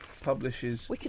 publishes